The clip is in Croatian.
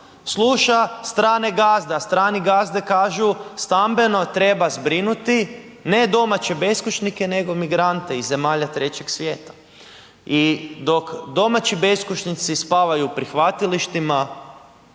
sluša strane gazde, a strani gazde kažu stambeno treba zbrinuti ne domaće beskućnike, nego migrante iz zemalja trećeg svijeta. I dok domaći beskućnici spavaju u prihvatilištima,